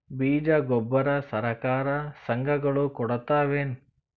ಬೀಜ ಗೊಬ್ಬರ ಸರಕಾರ, ಸಂಘ ಗಳು ಕೊಡುತಾವೇನು?